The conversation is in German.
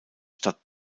stadt